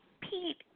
Pete